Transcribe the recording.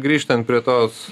grįžtant prie tos